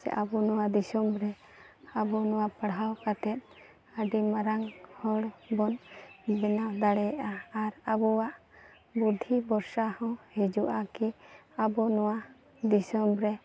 ᱪᱮ ᱟᱵᱚ ᱱᱚᱣᱟ ᱫᱤᱥᱚᱢᱨᱮ ᱟᱵᱚ ᱱᱚᱣᱟ ᱯᱟᱲᱦᱟᱣ ᱠᱟᱛᱮᱫ ᱟᱹᱰᱤ ᱢᱟᱨᱟᱝ ᱦᱚᱲᱵᱚᱱ ᱵᱮᱱᱟᱣ ᱫᱟᱲᱮᱭᱟᱜᱼᱟ ᱟᱨ ᱟᱵᱚᱣᱟᱜ ᱵᱩᱫᱽᱫᱷᱤ ᱵᱷᱚᱨᱥᱟᱦᱚᱸ ᱦᱤᱡᱩᱜᱼᱟ ᱠᱤ ᱟᱵᱚ ᱱᱚᱣᱟ ᱫᱤᱥᱚᱢᱨᱮ